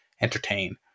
entertain